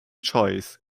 choice